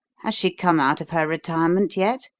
has she come out of her retirement yet?